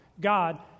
God